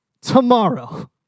tomorrow